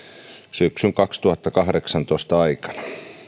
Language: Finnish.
syksyn kaksituhattakahdeksantoista aikana